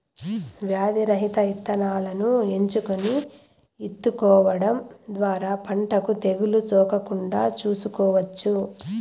వ్యాధి రహిత ఇత్తనాలను ఎంచుకొని ఇత్తుకోవడం ద్వారా పంటకు తెగులు సోకకుండా చూసుకోవచ్చు